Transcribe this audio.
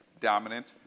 dominant